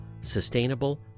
sustainable